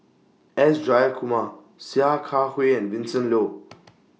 S Jayakumar Sia Kah Hui and Vincent Leow